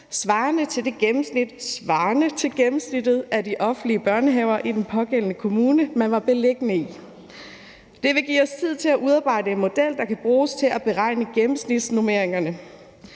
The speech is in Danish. svarende til gennemsnittet af de offentlige børnehaver i den pågældende kommune, institutionen var beliggende i. Det vil give os tid til at udarbejde en model, der kan bruges til at beregne gennemsnitsnormeringerne.